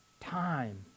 Time